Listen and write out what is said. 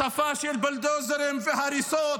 בשפה של בולדוזרים והריסות,